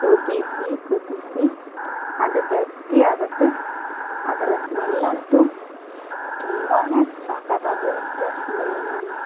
ಕುದಿಸಿ ಕುದಿಸಿ ಅದು ಗಟ್ಟಿಯಾಗುತ್ತೆ ಅದರ ಸ್ಮೆಲ್ ಅಂತೂ ತುಂಬನೇ ಸಖತ್ತಾಗಿರುತ್ತೆ ಸ್ಮೆಲ್ಲು ನನಗೆ